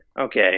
Okay